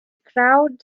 crowd